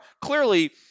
Clearly